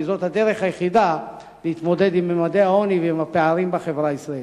כי זאת הדרך היחידה להתמודד עם ממדי העוני ועם הפערים בחברה הישראלית.